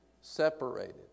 separated